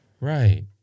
Right